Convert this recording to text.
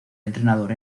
entrenador